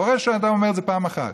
קורה שאדם אומר את זה פעם אחת,